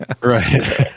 Right